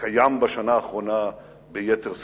קיים בשנה האחרונה ביתר שאת.